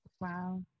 wow